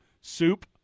soup